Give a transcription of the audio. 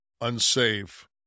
unsafe